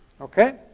Okay